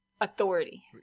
Authority